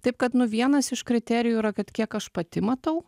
taip kad nu vienas iš kriterijų yra kad kiek aš pati matau